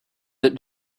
that